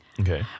Okay